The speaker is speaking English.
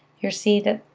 you'll see that